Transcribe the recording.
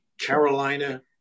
Carolina